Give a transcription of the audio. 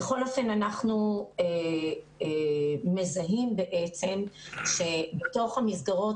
בכל אופן אנחנו מזהים בעצם שבתוך המסגרות,